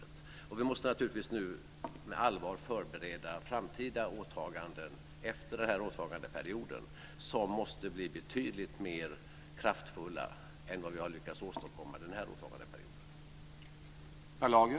Vi måste också naturligtvis nu med allvar förbereda framtida åtaganden efter denna åtagandeperiod som ska bli betydligt kraftfullare än dem som vi har lyckats åstadkomma under den här åtagandeperioden.